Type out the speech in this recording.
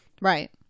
Right